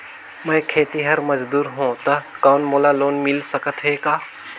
मैं खेतिहर मजदूर हों ता कौन मोला लोन मिल सकत हे का?